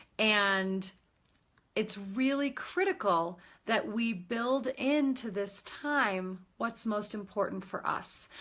and it's really critical that we build into this time what's most important for us.